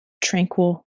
tranquil